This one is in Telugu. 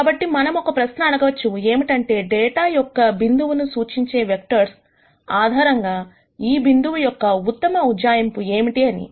కాబట్టి మనం ఒక ప్రశ్న అడగొచ్చు ఏమంటే డేటా యొక్క బిందువును సూచించే వెక్టర్స్ ఆధారంగా ఈ బిందువు యొక్క ఉత్తమ ఉజ్జాయింపు ఏమిటి అని